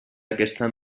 aquesta